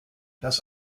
das